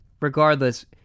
regardless